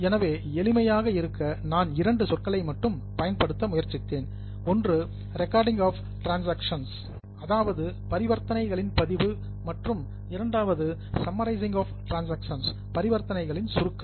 எனவே எளிமையாக இருக்க நான் இரண்டு சொற்களை மட்டும் பயன்படுத்த முயற்சித்தேன் ஒன்று ரெக்கார்டிங் ஆப் டிரன்சாக்சன்ஸ் அதாவது பரிவர்த்தனைகளின் பதிவு மற்றும் இரண்டாவது சம்மரைசிங் ஆப் டிரன்சாக்சன்ஸ் பரிவர்த்தனைகளின் சுருக்கம்